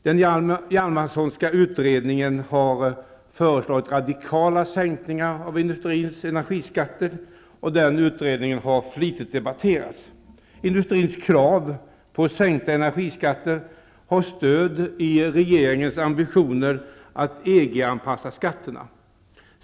Den Hjalmarssonska utredningen har föreslagit radikala sänkningar av industrins energiskatter, och den utredningen har debatterats flitigt. Industrins krav på sänkta energiskatter har stöd i regeringens ambitioner att EG-anpassa skatterna.